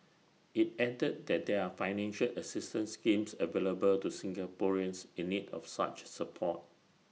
IT added that there are financial assistance schemes available to Singaporeans in need of such support